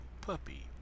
Puppy